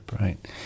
Right